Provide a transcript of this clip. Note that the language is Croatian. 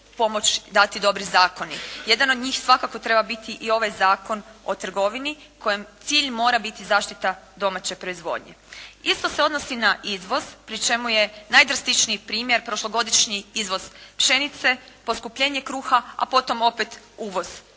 pomoć dati dobri zakoni. Jedan od njih svakako treba biti i ovaj Zakon o trgovini kojem cilj mora biti zaštita domaće proizvodnje. Isto se odnosi na izvoz pri čemu je najdrastičniji primjer prošlogodišnji izvoz pšenice, poskupljenje kruha, a potom opet uvoz